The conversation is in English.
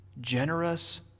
generous